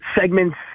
segments